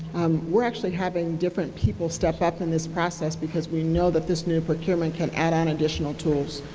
um we are actually having different people step up in this process because we know that this new procurement can add on additional tools.